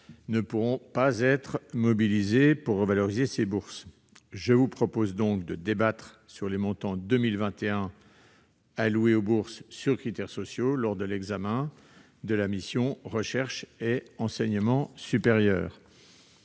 ne pourront pas être mobilisées pour les revaloriser. Je vous propose donc de débattre des montants 2021 alloués aux bourses sur critères sociaux lors de l'examen de la mission « Recherche et enseignement supérieur